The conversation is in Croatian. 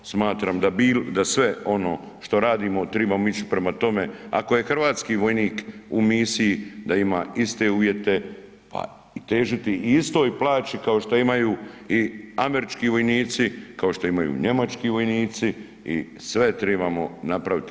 Smatram da sve ono što radimo trebamo ići prema tome ako je hrvatski vojnik u misiji da ima iste uvjete pa i težiti i istoj plaći kao što imaju i američki vojnici, kao što imaju njemački vojnici i sve trebamo napraviti.